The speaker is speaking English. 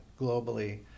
globally